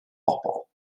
bobl